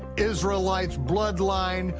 israelites, bloodline,